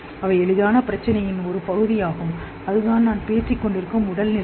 அவை எளிதான பிரச்சினையின் ஒரு பகுதியாகும் அதுதான் நான் பேசிக்கொண்டிருக்கும் உடல்நிலை